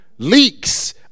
Leaks